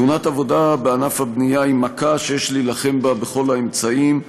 תאונות עבודה בענף הבנייה הן מכה שיש להילחם בה בכל האמצעים,